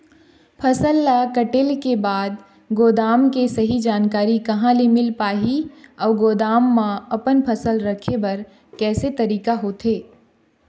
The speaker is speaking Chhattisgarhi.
फसल ला कटेल के बाद गोदाम के सही जानकारी कहा ले मील पाही अउ गोदाम मा अपन फसल रखे बर कैसे तरीका होथे?